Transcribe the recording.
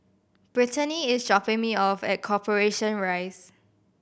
Brittanie is dropping me off at Corporation Rise